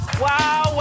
Wow